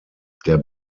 der